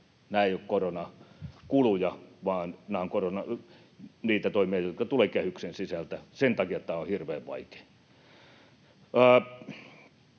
Nämä eivät ole koronakuluja, vaan nämä ovat niitä toimia, jotka tulevat kehyksen sisältä. Sen takia tämä on hirveän vaikeaa.